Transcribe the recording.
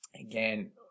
Again